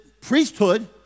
priesthood